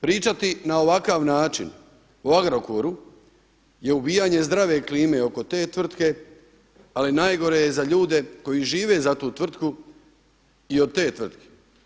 Pričati na ovakav način o Agrokoru je ubijanje zdrave klime oko te tvrtke ali najgore je za ljude koji žive za tu tvrtku i od te tvrtke.